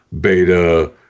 Beta